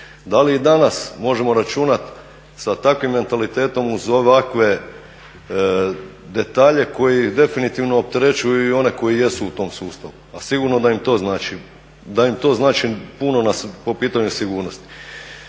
Da li i danas možemo računati sa takvim mentalitetom uz ovakve detalje koji definitivno opterećuju i one koji jesu u tom sustavu a sigurno da im to znači puno po pitanju sigurnosti.